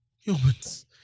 humans